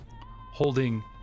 holding